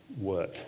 work